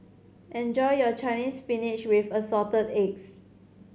enjoy your Chinese Spinach with Assorted Eggs